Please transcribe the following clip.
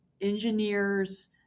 engineers